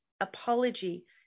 apology